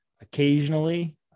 occasionally